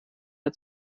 der